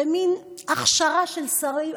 במין הכשרה של שרים,